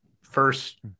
first